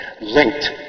linked